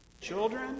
Children